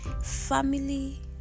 family